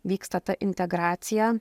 vyksta ta integracija